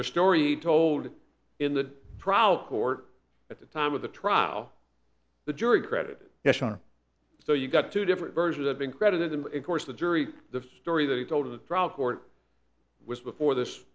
their story told in the proud court at the time of the trial the jury credit so you got two different versions of being credited and of course the jury the story that he told of the trial court was before this